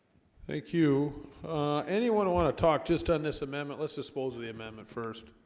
thank you anyone want to talk just on this amendment. let's dispose of the amendment first